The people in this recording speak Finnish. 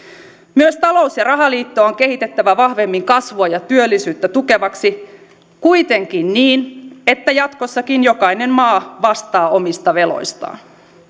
myös talous ja rahaliittoa on kehitettävä vahvemmin kasvua ja työllisyyttä tukevaksi kuitenkin niin että jatkossakin jokainen maa vastaa omista veloistaan